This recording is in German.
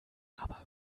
aber